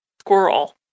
squirrel